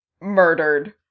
murdered